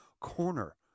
corner